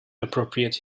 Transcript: appropriate